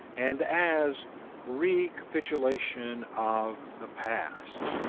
and as recapitulation of the past.